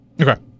Okay